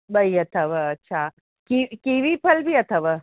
ॿई अथव अच्छा की कीवी फल बि अथव